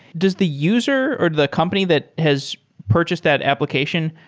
does the user or the company that has purchased that application,